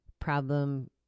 problem